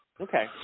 Okay